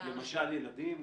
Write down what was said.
למשל ילדים,